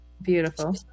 beautiful